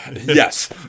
Yes